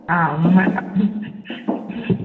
ആ അതൊന്നും വേണ്ട